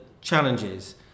challenges